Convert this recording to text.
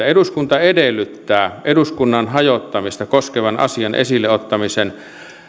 eduskunta edellyttää että eduskunnan hajottamista koskevan asian esille ottamisen